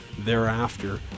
thereafter